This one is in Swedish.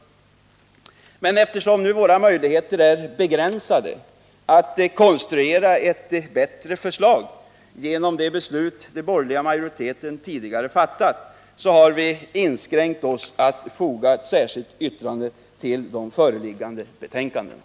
— gikostnader Men eftersom våra möjligheter att konstruera ett bättre förslag är begränsade genom det beslut som den borgerliga majoriteten tidigare fattat, har vi inskränkt oss till att foga ett särskilt yttrande till de föreliggande betänkandena.